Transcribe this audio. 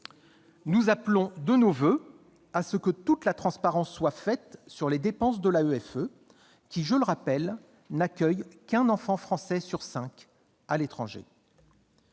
Nous appelons de nos voeux une transparence totale sur les dépenses de l'AEFE, qui, je le rappelle, n'accueille qu'un enfant français sur cinq établis à l'étranger.